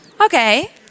Okay